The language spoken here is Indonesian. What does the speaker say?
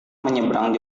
menyeberang